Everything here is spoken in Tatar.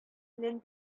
белән